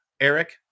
Eric